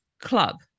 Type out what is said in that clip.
Club